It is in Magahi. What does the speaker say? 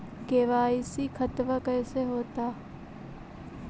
के.वाई.सी खतबा कैसे होता?